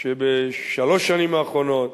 שבשלוש השנים האחרונות